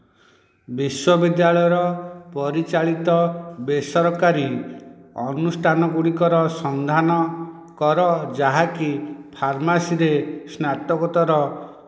ବିଶ୍ୱବିଦ୍ୟାଳୟ ପରିଚାଳିତ ବେସରକାରୀ ଅନୁଷ୍ଠାନ ଗୁଡ଼ିକର ସନ୍ଧାନ କର ଯାହାକି ଫାର୍ମାସୀରେ ସ୍ନାତକୋତ୍ତର